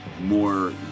more